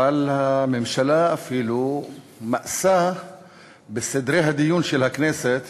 אבל הממשלה אפילו מאסה בסדרי הדיון של הכנסת